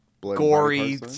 gory